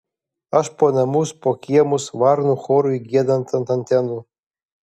aš po namus po kiemus varnų chorui giedant ant antenų